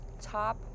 top